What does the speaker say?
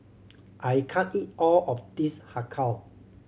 I can't eat all of this Har Kow